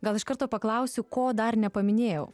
gal iš karto paklausiu ko dar nepaminėjau